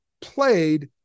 played